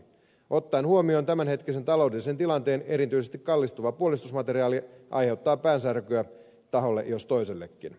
ottaen huomioon tämänhetkisen taloudellisen tilanteen erityisesti kallistuva puolustusmateriaali aiheuttaa päänsärkyä taholle jos toisellekin